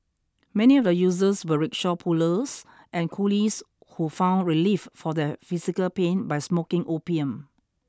many of the users were rickshaw pullers and coolies who found relief for their physical pain by smoking opium